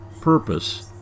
purpose